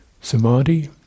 samadhi